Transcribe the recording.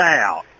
out